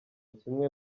kimwe